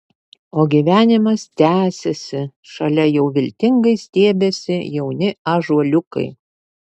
o gyvenimas tęsiasi šalia jau viltingai stiebiasi jauni ąžuoliukai